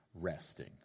Resting